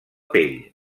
pell